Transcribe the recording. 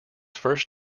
first